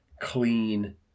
clean